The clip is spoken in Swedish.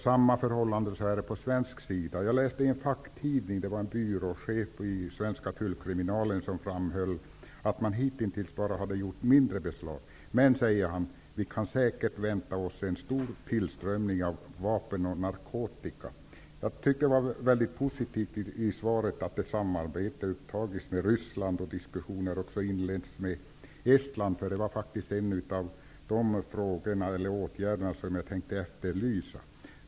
Samma förhållande gäller för En byråchef i den svenska tullkriminalen har framhållit i en facktidning att man hitintills bara har gjort mindre tillslag. Men man väntar sig en stor tillströmning av vapen och narkotika. Jag tycker att det är positivt att det framgår av svaret att ett samarbete har upptagits med Ryssland och att diskussioner har inletts med Estland. Det var faktiskt en av de åtgärder som jag hade tänkt att efterlysa.